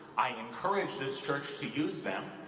i encourage this church to use them.